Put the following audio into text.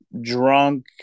drunk